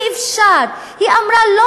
היא לא אמרה שאי-אפשר,